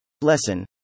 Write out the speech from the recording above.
Lesson